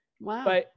Wow